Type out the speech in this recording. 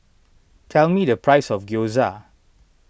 tell me the price of Gyoza